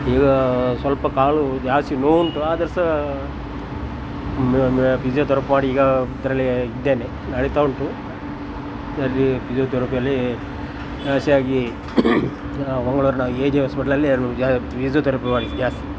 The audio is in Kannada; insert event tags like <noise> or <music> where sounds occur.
ಈಗ ಸ್ವಲ್ಪ ಕಾಲು ಜಾಸ್ತಿ ನೋವು ಉಂಟು ಅದರು ಸಾ ಫಿಝಿಯೋತೆರಪ್ ಮಾಡಿ ಈಗ ಇದರಲ್ಲಿ ಇದ್ದೇನೆ ನಡಿತಾ ಉಂಟು ಅಲ್ಲಿ ಫಿಝಿಯೋತೆರಪಿಯಲ್ಲಿ ಜಾಸ್ತಿಯಾಗಿ ಮಂಗಳೂರಿನ ಎಜೆ ಆಸ್ಪಿಟಲ್ ಅಲ್ಲಿ <unintelligible> ಝಿಯೋತೆರಪಿ ಜಾಸ್ತಿ